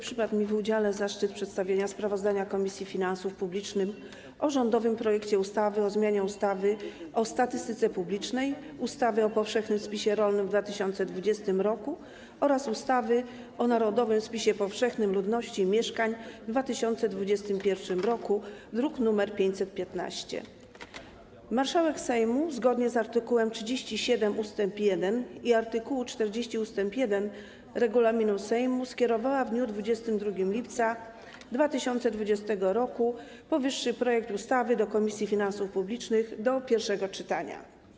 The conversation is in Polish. Przypadł mi w udziale zaszczyt przedstawienia sprawozdania Komisji Finansów Publicznych o rządowym projekcie ustawy o zmianie ustawy o statystyce publicznej, ustawy o powszechnym spisie rolnym w 2020 r. oraz ustawy o narodowym spisie powszechnym ludności i mieszkań w 2021 r., druk nr 515. Marszałek Sejmu, zgodnie z art. 37 ust. 1 i art. 40 ust. 1 regulaminu Sejmu, skierowała w dniu 22 lipca 2020 r. powyższy projekt ustawy do Komisji Finansów Publicznych do pierwszego czytania.